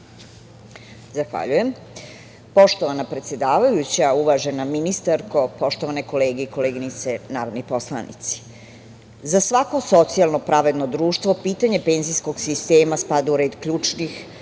Zahvaljujem. Poštovana predsedavajuća, uvažena ministarko, poštovane kolege i koleginice narodni poslanici, za svako socijalno pravedno društvo pitanje penzijskog sistema spada u red ključnih